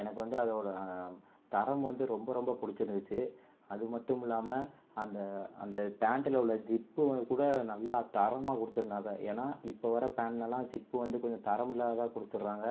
எனக்கு வந்து அதோடய தரம் வந்து ரொம்ப ரொம்ப பிடிச்சிருந்துச்சி அது மட்டும் இல்லாமல் அந்த அந்த பேண்ட்டில் உள்ள ஜிப்பு கூட நல்லா தரமாக கொடுத்துருந்தாங்க ஏன்னால் இப்போ வர்ற பேன்ட்டுலலாம் ஜிப்பு வந்து கொஞ்சம் தரமில்லாததாக கொடுத்துடுறாங்க